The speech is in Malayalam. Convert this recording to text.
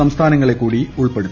സംസ്ഥാനങ്ങളെ കൂടി ഉൾപ്പെടുത്തി